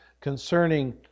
concerning